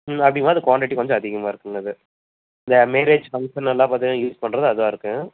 ம் அப்படிங்கும்போது குவான்டிட்டி கொஞ்சம் அதிகமாக இருக்குங்க அது இந்த மேரேஜ் பங்க்ஷன்ல எல்லாம் பார்த்தீங்கன்னா யூஸ் பண்ணுறது அதான் இருக்கும்